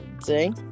See